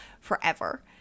forever